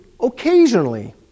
occasionally